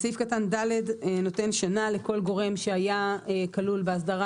סעיף קטן (ד) נותן שנה לכל גורם שלא היה באסדרה